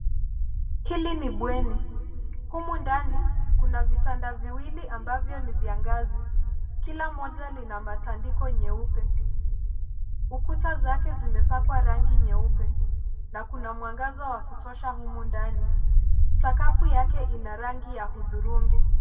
Hili ni bweni. Humu ndani kuna vitanda viwili ambavyo ni vya ngazi. Kila moja lina matandiko nyeupe. Ukuta zake zimepakwa rangi nyeupe na kuna mwangaza wakutosha humu ndani. Sakafu yake ina rangi ya hudhurungi.